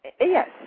Yes